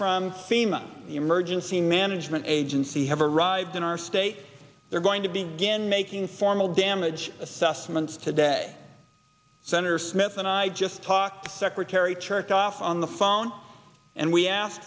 from fema emergency management agency have arrived in our state they're going to begin making formal damage assessments today senator smith and i just talked to secretary chertoff on the phone and we ask